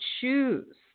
choose